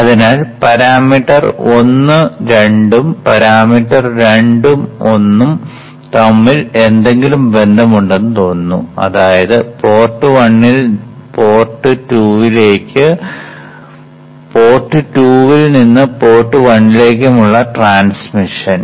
അതിനാൽ പരാമീറ്റർ 1 2 ഉം പാരാമീറ്റർ 2 1 ഉം തമ്മിൽ എന്തെങ്കിലും ബന്ധമുണ്ടെന്ന് തോന്നുന്നു അതായത് പോർട്ട് 1 ൽ നിന്ന് പോർട്ട് 2 ലേയ്ക്കും പോർട്ട് 2 ൽ നിന്ന് പോർട്ട് 1 ലേക്കുമുള്ള ട്രാൻസ്മിഷൻ